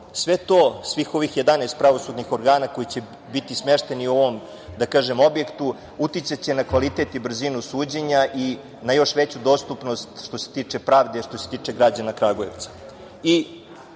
sve to, svih ovih 11 pravosudnih organa koji će biti smešteni u ovom objektu uticaće na kvalitet i brzinu suđenja i na još veću dostupnost što se tiče pravde, što se tiče građana Kragujevca. Opet